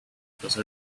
because